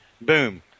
boom